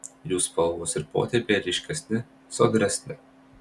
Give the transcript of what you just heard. jų spalvos ir potėpiai ryškesni sodresni